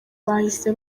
bahise